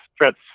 threats